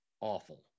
awful